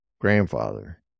grandfather